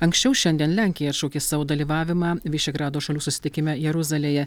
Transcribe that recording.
anksčiau šiandien lenkija atšaukė savo dalyvavimą vyšegrado šalių susitikime jeruzalėje